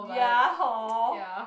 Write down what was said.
ya hor